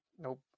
nope